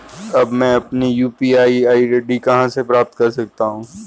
अब मैं अपनी यू.पी.आई आई.डी कहां से प्राप्त कर सकता हूं?